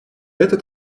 этот